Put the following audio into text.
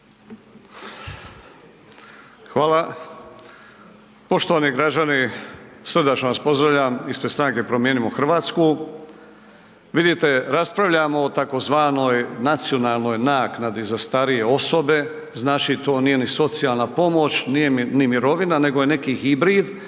Hvala. Poštovani građani, srdačno vas pozdravljam ispred Stranke Promijenimo Hrvatsku. Vidite, raspravljamo o tzv. nacionalnoj naknadi za starije osobe, znači to nije ni socijalna pomoć, nije ni mirovina nego je neki hibrid